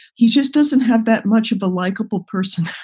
he just doesn't have that much of a likable person.